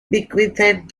bequeathed